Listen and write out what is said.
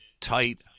tight